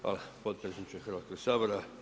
Hvala potpredsjedniče Hrvatskog sabora.